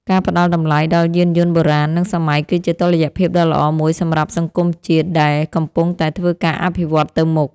ការផ្ដល់តម្លៃដល់យានយន្តបុរាណនិងសម័យគឺជាតុល្យភាពដ៏ល្អមួយសម្រាប់សង្គមជាតិដែលកំពុងតែធ្វើការអភិវឌ្ឍន៍ទៅមុខ។